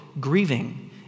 grieving